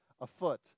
afoot